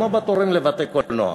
כמו בתורים לבתי-קולנוע.